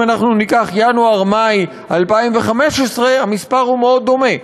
אנחנו ניקח את ינואר מאי 2015 המספר הוא מאוד דומה,